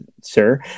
sir